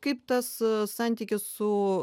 kaip tas santykis su